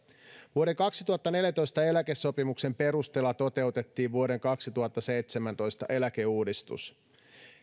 vuoden kaksituhattaneljätoista eläkesopimuksen perusteella toteutettiin vuoden kaksituhattaseitsemäntoista eläkeuudistus